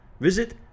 Visit